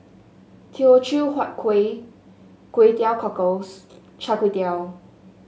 Teochew Huat Kuih Kway Teow Cockles Char Kway Teow